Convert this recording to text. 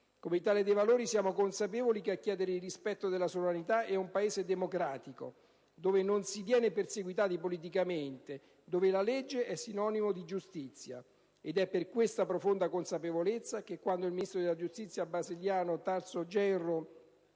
Come Italia dei Valori siamo consapevoli che a chiedere il rispetto della sovranità è un Paese democratico, in cui non si viene perseguitati politicamente e la legge è sinonimo di giustizia. Ed è per questa profonda consapevolezza che, quando il ministro della giustizia brasiliano Tarso Genro